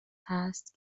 هست